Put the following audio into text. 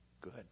Good